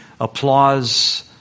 applause